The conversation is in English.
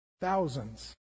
thousands